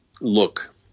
look